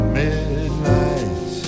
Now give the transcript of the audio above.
midnight